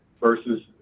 versus